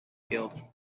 killed